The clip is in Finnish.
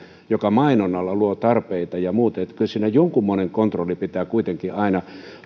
joka mainonnalla luo tarpeita ja muuten kyllä siinä jonkunmoinen kontrolli pitää kuitenkin aina